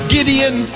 Gideon